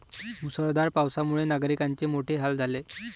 मुसळधार पावसामुळे नागरिकांचे मोठे हाल झाले